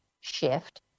shift